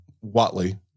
Watley